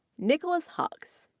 nicholas hux,